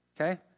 Okay